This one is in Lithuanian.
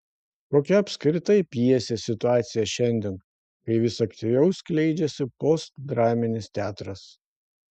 kokia apskritai pjesės situacija šiandien kai vis aktyviau skleidžiasi postdraminis teatras